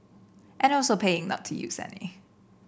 and also paying not to use any